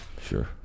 Sure